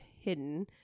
hidden